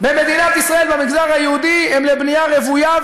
במדינת ישראל במגזר היהודי הם לבנייה רוויה,